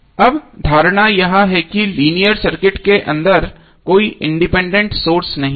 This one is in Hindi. अब धारणा यह है कि लीनियर सर्किट के अंदर कोई इंडिपेंडेंट सोर्स नहीं है